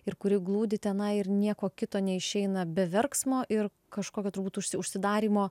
ir kuri glūdi tenai ir nieko kito neišeina be verksmo ir kažkokio turbūt užsi užsidarymo